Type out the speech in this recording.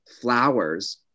flowers